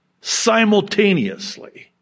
simultaneously